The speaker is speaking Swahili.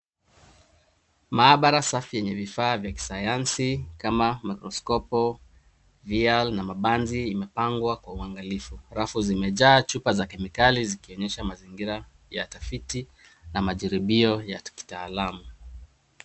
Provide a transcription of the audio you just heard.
Maabara safi yenye vifaa vya sayansi kama maikroskopu , vial na mabanzi imepangwa kwa uangalifu. Rafu zimejaa chupa za kemikali zikionyesha mazingira ya tafiti na majaribio ya kitaalamu.